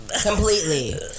Completely